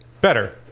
Better